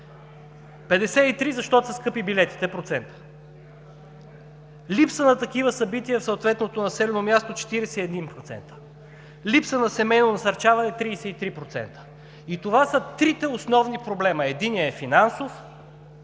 53% – защото са скъпи билетите. Липса на такива събития в съответното населено място – 41%. Липса на семейно насърчаване – 33%. Това са трите основни проблема – единият е финансов,